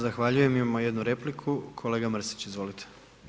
Zahvaljujem imamo jednu repliku, kolega Mrsić izvolite.